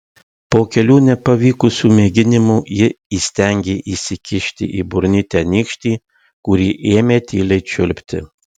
po kelių nepavykusių mėginimų ji įstengė įsikišti į burnytę nykštį kurį ėmė tyliai čiulpti